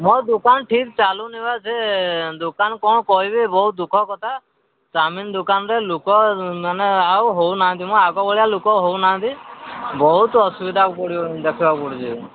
ମୋ ଦୋକାନ ଠିକ୍ ଚାଲୁନି ବା ଯେ ଦୋକାନ କ'ଣ କହିବେ ବହୁତ ଦୁଃଖ କଥା ଚାଓମିିନ ଦୋକାନରେ ଲୋକମାନେ ଆଉ ହେଉନାହାନ୍ତି ମୋ ଆଗ ଭଳିଆ ଲୋକ ହେଉନାହାନ୍ତି ବହୁତ ଅସୁବିଧା ଦେଖିବାକୁ ପଡ଼ୁଛି